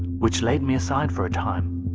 which laid me aside for a time.